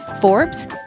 Forbes